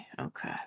okay